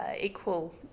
equal